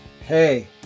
hey